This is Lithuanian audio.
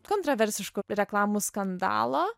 kontroversiškų reklamų skandalo